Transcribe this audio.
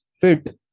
fit